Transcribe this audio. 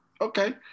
Okay